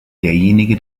derjenige